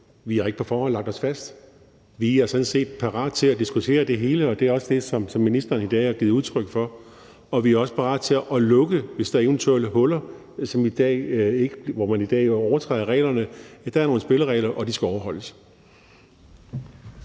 Vi har ikke på forhånd lagt os fast. Vi er sådan set parate til at diskutere det hele. Det er også det, som ministeren i dag har givet udtryk for, og vi er også parate til at lukke eventuelle huller, hvor man jo i dag overtræder reglerne. Ja, der er nogle spilleregler, og de skal overholdes.